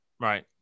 Right